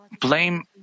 blame